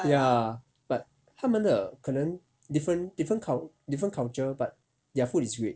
ya but 他们的可能 different different cul~ different culture but their food is great